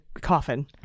coffin